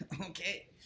Okay